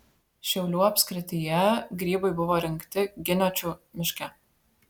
šiaulių apskrityje grybai buvo rinkti giniočių miške